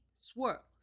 swirl